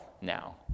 now